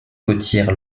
côtière